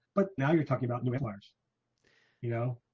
but now you're talking about new cars you know,